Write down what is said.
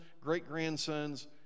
great-grandsons